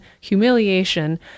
humiliation